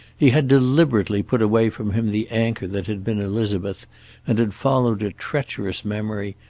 he had deliberately put away from him the anchor that had been elizabeth and had followed a treacherous memory,